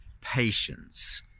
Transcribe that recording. patience